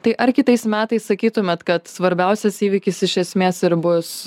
tai ar kitais metais sakytumėt kad svarbiausias įvykis iš esmės ir bus